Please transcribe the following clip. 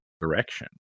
direction